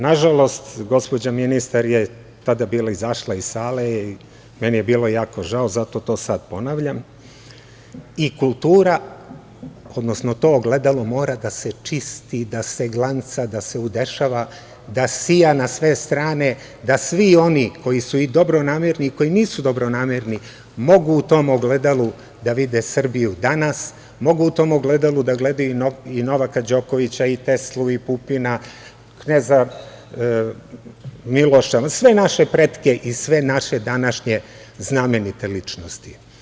Nažalost, gospođa ministar je tada bila izašla iz sale i meni je bilo jako žao, zato to sad ponavljam i kultura, odnosno to ogledalo mora da se čisti, da se glanca, da se udešava, da sija na sve strane, da svi oni koji su i dobronamerni i koji nisu dobronamerni mogu u tom ogledalu da vide Srbiju danas, mogu u tom ogledalu da gledaju i Novaka Đokovića i Teslu i Pupina, Kneza Miloša, sve naše pretke i sve naše današnje znamenite ličnosti.